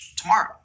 tomorrow